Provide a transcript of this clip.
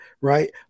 right